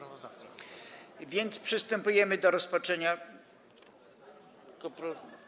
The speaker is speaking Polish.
A więc przystępujemy do rozpatrzenia.